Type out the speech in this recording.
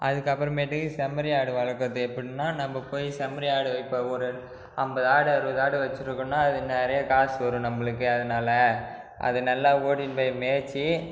அதுக்கப்புறமேட்டுக்கு செம்மறி ஆடு வளர்க்கறது எப்படின்னா நம்ம போய் செம்மறி ஆடு இப்போ ஒரு ஐம்பது ஆடு அறுபது ஆடு வச்சுருக்கோன்னா அது நிறைய காசு வரும் நம்மளுக்கு அதனால அது நல்லா ஓட்டின்னு போய் மேய்ச்சி